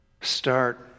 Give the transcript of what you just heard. Start